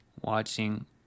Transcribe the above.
watching